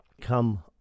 come